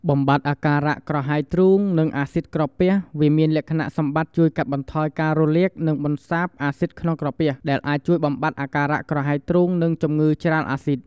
បំបាត់អាការៈក្រហាយទ្រូង និងអាស៊ីតក្រពះ វាមានលក្ខណៈសម្បត្តិជួយកាត់បន្ថយការរលាក និងបន្សាបអាស៊ីតក្នុងក្រពះ ដែលអាចជួយបំបាត់អាការៈក្រហាយទ្រូង និងជំងឺច្រាលអាស៊ីត ។